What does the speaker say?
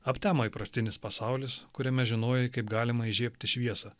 aptemo įprastinis pasaulis kuriame žinojai kaip galima įžiebti šviesą